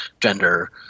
gender